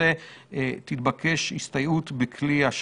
טענה על כך שכמות החולים הקשים לא נמצאת בעלייה דומה.